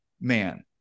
man